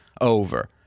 over